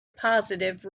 positive